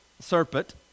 serpent